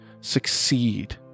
succeed